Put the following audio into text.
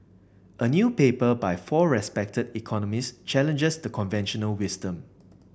a new paper by four respected economists challenges the conventional wisdom